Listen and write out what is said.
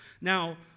Now